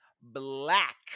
black